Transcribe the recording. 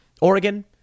Oregon